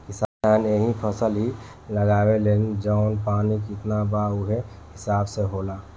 किसान एहींग फसल ही लगावेलन जवन पानी कितना बा उहे हिसाब से होला